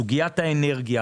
סוגיית האנרגיה,